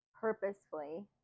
purposefully